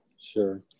Sure